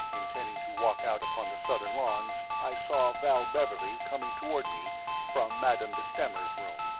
intending to walk out upon the southern lawns, i saw val beverley coming toward me from madame de stamer's room.